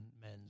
men